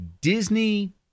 Disney